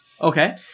Okay